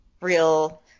real